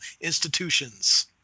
institutions